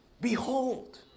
behold